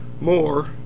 more